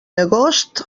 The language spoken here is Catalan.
agost